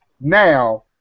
now